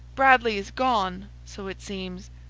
bradley is gone! so it seems.